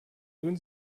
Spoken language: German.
tun